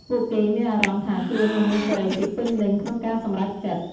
ពួកគេមានអារម្មណ៍ថាខ្លួនមិនមានសេរីភាពពេញលេញក្នុងការសម្រេចចិត្ត។